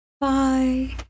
Bye